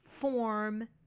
form